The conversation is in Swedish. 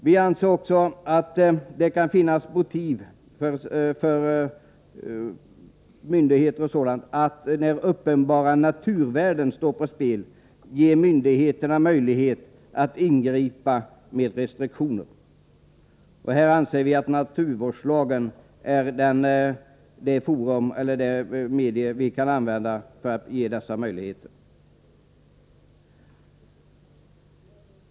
Vi anser även att det kan finnas motiv för att ge myndigheterna möjlighet att ingripa med restriktioner, när uppenbara naturvärden står på spel. Naturvårdslagen är det medel som vi kan använda härför.